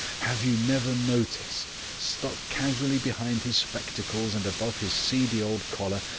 have you never noticed, stuck casually behind his spectacles and above his seedy old collar,